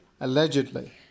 Allegedly